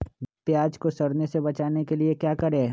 प्याज को सड़ने से बचाने के लिए क्या करें?